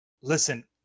listen